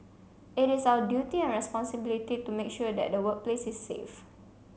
it is our duty and responsibility to make sure that the workplace is safe